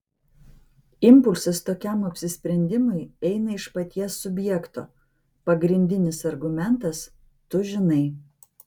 impulsas tokiam apsisprendimui eina iš paties subjekto pagrindinis argumentas tu žinai